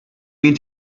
mean